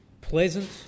pleasant